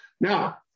Now